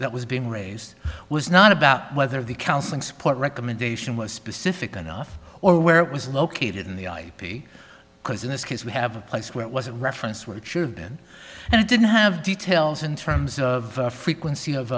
that was being raised was not about whether the counseling support recommendation was specific enough or where it was located in the ip because in this case we have a place where it was a reference where it shouldn't and i didn't have details in terms of frequency of